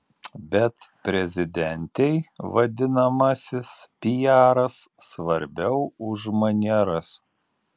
bet prezidentei vadinamasis piaras svarbiau už manieras